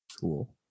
Cool